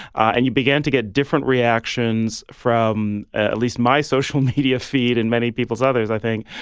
and you began to get different reactions from at least my social media feed and many people's others, i think,